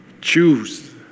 choose